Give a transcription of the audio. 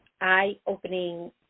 eye-opening